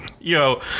yo